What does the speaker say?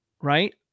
right